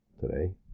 today